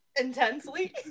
intensely